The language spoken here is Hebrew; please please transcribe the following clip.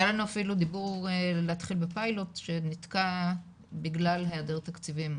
היה לנו אפילו דיבור להתחיל בפיילוט שנתקע בגלל היעדר תקציבים.